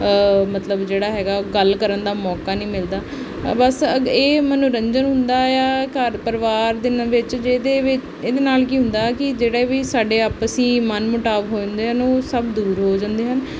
ਮਤਲਬ ਜਿਹੜਾ ਹੈਗਾ ਗੱਲ ਕਰਨ ਦਾ ਮੌਕਾ ਨਹੀਂ ਮਿਲਦਾ ਬਸ ਇਹ ਮਨੋਰੰਜਨ ਹੁੰਦਾ ਆ ਘਰ ਪਰਿਵਾਰ ਦੇ ਵਿੱਚ ਜਿਹਦੇ ਵਿੱਚ ਇਹਦੇ ਨਾਲ ਕੀ ਹੁੰਦਾ ਕਿ ਜਿਹੜਾ ਵੀ ਸਾਡੇ ਆਪਸੀ ਮਨ ਮਿਟਾਵ ਹੁੰਦੇ ਹਨ ਉਹ ਸਭ ਦੂਰ ਹੋ ਜਾਂਦੇ ਹਨ